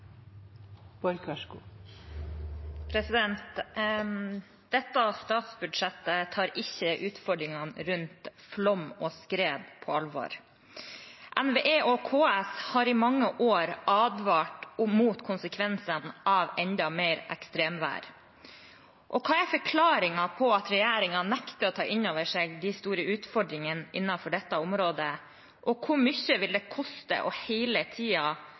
Dette statsbudsjettet tar ikke utfordringene rundt flom og skred på alvor. NVE og KS har i mange år advart mot konsekvensen av enda mer ekstremvær. Hva er forklaringen på at regjeringen nekter å ta inn over seg de store utfordringene innenfor dette området? Og hvor mye vil det koste hele tiden å være på etterskudd? Hvorfor vil ikke regjeringen investere i bedre flom- og